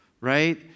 right